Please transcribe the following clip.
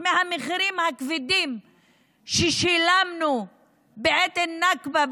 מהמחירים הכבדים ששילמנו בעת הנכבה,